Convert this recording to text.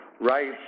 right